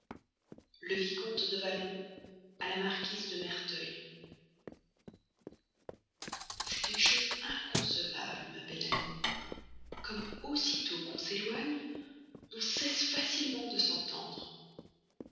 le vicomte de valmont à la marquise de merteuil c'est une chose inconcevable ma belle amie comme aussitôt qu'on s'éloigne on cesse facilement de s'entendre